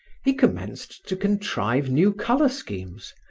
he commenced to contrive new color schemes,